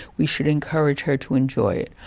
we should encourage her to enjoy it.